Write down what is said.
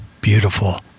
beautiful